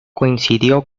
coincidió